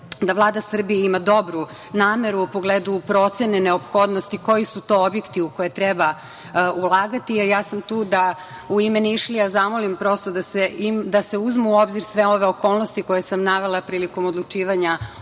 da Vlada Srbije ima dobru nameru u pogledu procene neophodnosti koji su to objekti u koje treba ulagati, a ja sam tu da u ime Nišlija zamolim prosto da se uzmu u obzir sve ove okolnosti koje sam navela prilikom odlučivanja